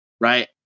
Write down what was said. Right